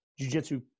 jujitsu